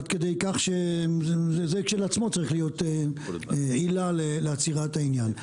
עד כדי כך שזה כשלעצמו צריך להיות עילה לעצירת העניין.